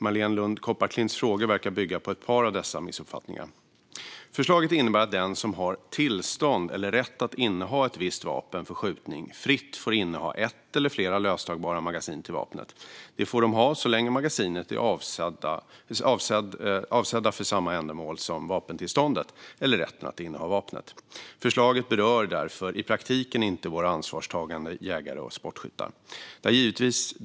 Marléne Lund Kopparklints frågor verkar bygga på ett par av dessa missuppfattningar. Förslaget innebär att den som har tillstånd eller rätt att inneha ett visst vapen för skjutning fritt får inneha ett eller flera löstagbara magasin till vapnet. Det får man ha så länge magasinen är avsedda för samma ändamål som vapentillståndet eller rätten att inneha vapnet. Förslaget berör därför i praktiken inte våra ansvarstagande jägare och sportskyttar.